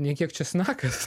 nei kiek česnakas